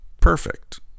perfect